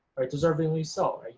deservingly so,